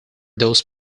those